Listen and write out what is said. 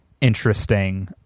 interesting